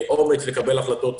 ואומץ לקבל החלטות.